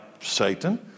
Satan